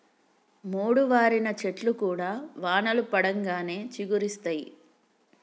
మోడువారిన చెట్లు కూడా వానలు పడంగానే చిగురిస్తయి